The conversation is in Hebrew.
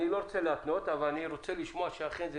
אני לא רוצה להתנות אבל אני רוצה לשמוע שאכן זה